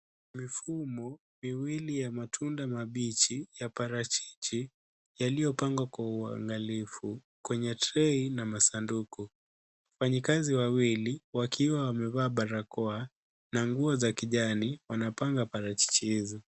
Mifumo miwili ya matunda mabichi ya parachichi yaliyopangwa kwa utaratibu kwenye trei na masanduku. Wafanyikazi wawili wakiwa wamevaa barakoa na nguo za kijani wanapanga parachichi hizo .